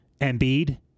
Embiid